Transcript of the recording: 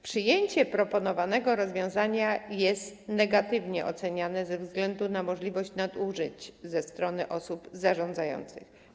Przyjęcie proponowanego rozwiązania jest negatywnie oceniane ze względu na możliwość nadużyć ze strony osób zarządzających.